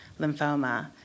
lymphoma